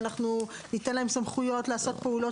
ואנחנו ניתן להם סמכויות לעשות פעולות